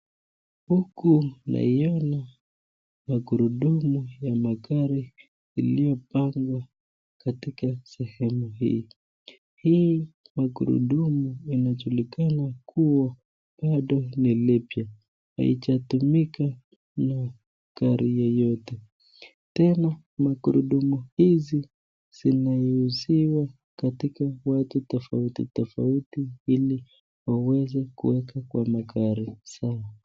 Huku naiona magurudumu ya magari iliyopangwa katika sehemu hii, hii magurudumu inajulikana kuwa bado ni lipya, halijatumika na gari yetote, tena magurudumu hizi, zinauziwa katika watu tofautitofauti, iki waweze kuweka kwa magari zao.